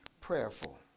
prayerful